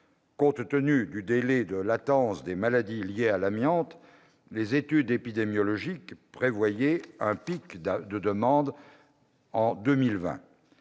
compte tenu du délai de latence des maladies liées à l'amiante, les études épidémiologiques prévoyaient un pic des demandes en 2020.